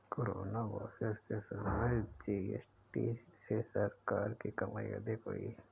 corona virus के समय पर जी.एस.टी से सरकार की कमाई अधिक हुई